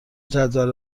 جدول